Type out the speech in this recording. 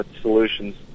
solutions